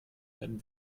werden